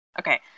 Okay